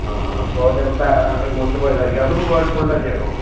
ആ ആ അപ്പോൾ ചിലപ്പം ബ റിമോട്ട് പോയതായിരിക്കും അതും വേൾപ്പൂൾ ന്റെ തന്നെയാണ്